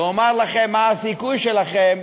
ואומר לכם מהו הסיכוי שלכם